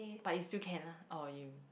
but you still can oh you